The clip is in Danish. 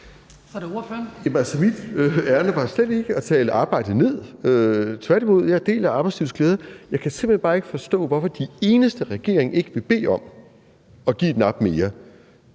Lidegaard (RV): Jamen mit ærinde var slet ikke at tale arbejdet ned. Tværtimod deler jeg arbejdslivets glæder. Jeg kan simpelt hen bare ikke forstå, hvorfor de eneste, regeringen ikke vil bede om at give et nap med,